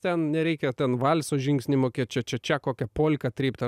ten nereikia ten valso žingsnį mokėt čia čia čia kokią polką trypt